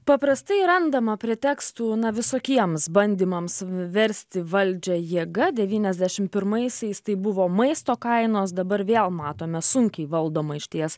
paprastai randama pretekstų na visokiems bandymams versti valdžią jėga devyniasdešim pirmaisiais tai buvo maisto kainos dabar vėl matome sunkiai valdomą išties